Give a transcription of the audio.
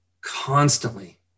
constantly